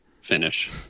finish